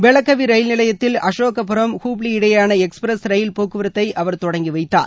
பெலகவி ரயில் நிலையத்தில் அசோகபுரம் ஹுப்ளி இடையேயான எக்ஸ்பிரஸ் ரயில் போக்குவரத்தை அவர் தொடங்கி வைத்தார்